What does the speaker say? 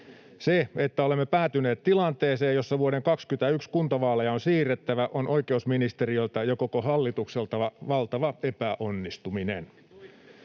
Se, että olemme päätyneet tilanteeseen, jossa vuoden 21 kuntavaaleja on siirrettävä, on oikeusministeriöltä ja koko hallitukselta valtava epäonnistuminen.